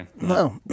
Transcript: No